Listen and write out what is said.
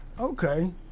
okay